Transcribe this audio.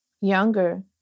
younger